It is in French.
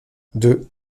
deux